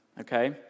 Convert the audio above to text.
okay